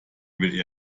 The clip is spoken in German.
will